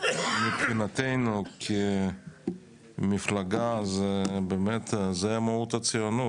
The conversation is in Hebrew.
מבחינתו כמפלגה זו מהות הציונות.